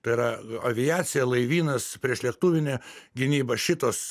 tai yra aviacija laivynas priešlėktuvinė gynyba šitos